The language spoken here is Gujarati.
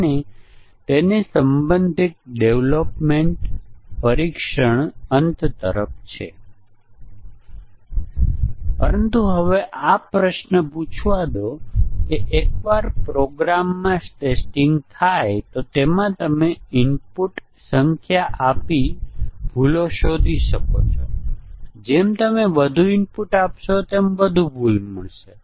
જો મોડ્યુલો બિન તુચ્છ વ્યાજબી રીતે મોટા મોડ્યુલો છે જે ઘણા જુદા જુદા ઇન્ટરફેસને ટેકો આપે છે તો પછી આપણે એક ઇન્ક્રીમેન્ટલ ઈન્ટીગ્રેશન કરીએ છીએ જ્યાં એક સમયે આપણે ફક્ત એક મોડ્યુલને ઈન્ટીગ્રેટ કરીએ છીએ